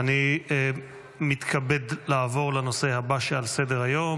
אני מתכבד לעבור לנושא הבא שעל סדר-היום,